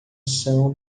são